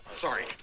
Sorry